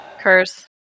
Curse